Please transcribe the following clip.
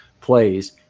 plays